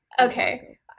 okay